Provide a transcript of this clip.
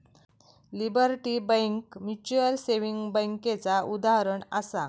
liberty bank mutual saving बैंकेचा उदाहरणं आसा